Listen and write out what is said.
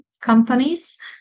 companies